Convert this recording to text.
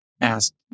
asked